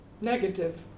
negative